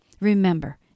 remember